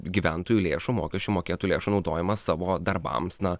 gyventojų lėšų mokesčių mokėtojų lėšų naudojimas savo darbams na